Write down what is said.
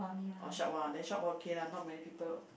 oh short while then short while okay lah not many people